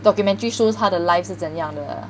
documentary shows 他的 life 是怎样的